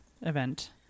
event